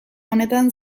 honetan